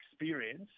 experience